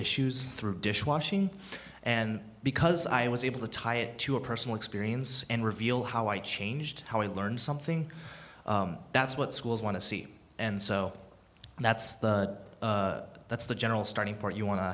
issues through dishwashing and because i was able to tie it to a personal experience and reveal how i changed how i learned something that's what schools want to see and so that's that's the general starting point you want to